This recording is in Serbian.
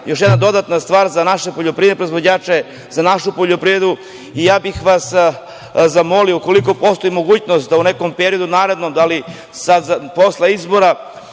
još jedna dodatna stvar za naše poljoprivredne proizvođače, za našu poljoprivredu i ja bih vas zamolio, ukoliko postoji mogućnost da u nekom narednom periodu, da li sada ili posle izbora,